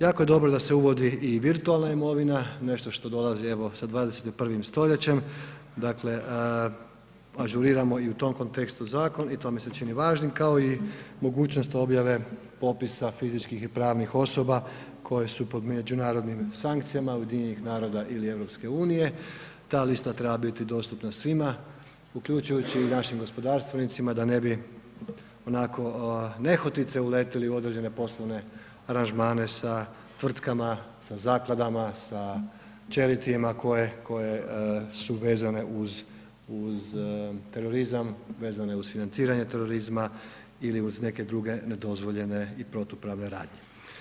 Jako je dobro da se uvodi i virtualna imovina, nešto što dolazi evo sa 21. stoljećem, dakle, ažuriramo i u tom kontekstu zakon i to mi se čini važnim, kao i mogućnost objave popisa fizičkih i pravnih osoba koje su pod međunarodnim sankcijama UN-a ili EU, ta lista treba biti dostupna svima, uključujući i našim gospodarstvenicima da ne bi onako nehotice uletili u određene poslovne aranžmane sa tvrtkama, sa zakladama, sa čelitima koje su vezane uz terorizam, vezane uz financiranje terorizma ili uz neke druge nedozvoljene i protupravne radnje.